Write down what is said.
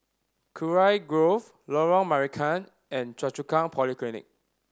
Kurau Grove Lorong Marican and Choa Chu Kang Polyclinic